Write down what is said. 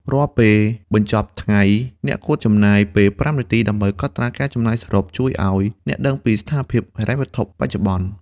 រាល់ពេលបញ្ចប់ថ្ងៃ អ្នកគួរចំណាយពេល ៥ នាទីដើម្បីកត់ត្រាការចំណាយសរុប ជួយឱ្យអ្នកដឹងពីស្ថានភាពហិរញ្ញវត្ថុបច្ចុប្បន្ន។